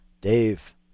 Dave